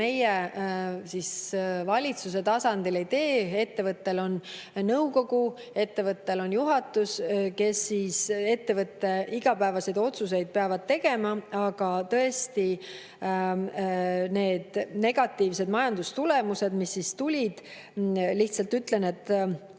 meie valitsuse tasandil ei tee. Ettevõttel on nõukogu, ettevõttel on juhatus, kes ettevõtte igapäevaseid otsuseid peavad tegema. Aga tõesti, need negatiivsed majandustulemused tulid ja lihtsalt ütlen, et